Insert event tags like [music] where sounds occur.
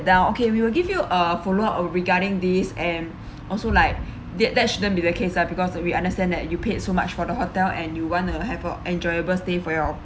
down okay we will give you a follow up uh regarding this and [breath] also like [breath] that that shouldn't be the case lah because we understand that you paid so much for the hotel and you want to have a enjoyable stay for your